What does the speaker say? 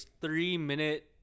three-minute